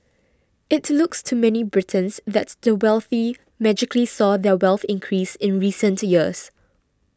it looks to many Britons that the wealthy magically saw their wealth increase in recent years